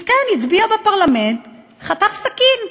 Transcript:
מסכן, הצביע בפרלמנט, חטף סכין,